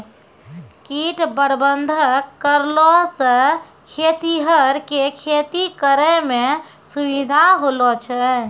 कीट प्रबंधक करलो से खेतीहर के खेती करै मे सुविधा होलो छै